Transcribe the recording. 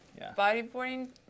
bodyboarding